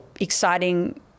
exciting